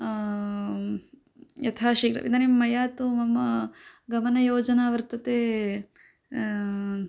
यथाशीघ्रम् इदानीं मया तु मम गमनयोजना वर्तते